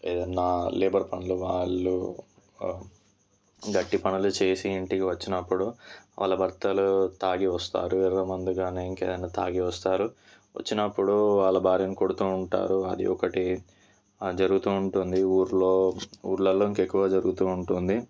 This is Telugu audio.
ఏదైనా లేబర్ పనులు వాళ్ళు గట్టి పనులు చేసి ఇంటికి వచ్చినప్పుడు వాళ్ళ భర్తలు తాగి వస్తారు ఎర్రమందు కానీ ఇంకా ఏదైనా తాగి వస్తారు వచ్చినప్పుడు వాళ్ళ భార్యని కొడుతు ఉంటారు అది ఒకటి జరుగుతు ఉంటుంది ఊళ్ళో ఊళ్ళలో ఇంకా ఎక్కువ జరుగుతు ఉంటుంది